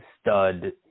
stud